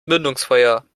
mündungsfeuer